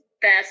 best